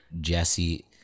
Jesse